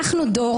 אנחנו דור